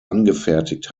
angefertigt